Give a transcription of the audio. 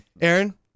Aaron